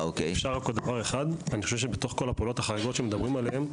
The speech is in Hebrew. אני חושב שבתוך כל הפעולות החריגות שמדברים עליהן,